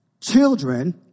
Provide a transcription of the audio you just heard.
children